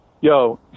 yo